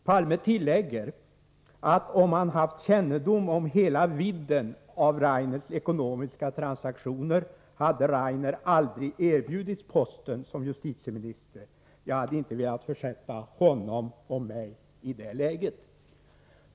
Palme tillägger att om han haft kännedom om hela vidden av Rainers ekonomiska transaktioner ”hade Rainer aldrig erbjudits posten som justitieminister — jag hade inte velat försätta honom och mig i det läget”.